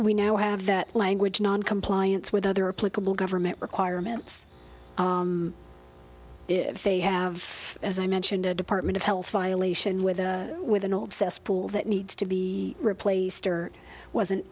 we now have that language noncompliance with other political government requirements if they have as i mentioned a department of health violation with with an old cesspool that needs to be replaced or wasn't